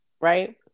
right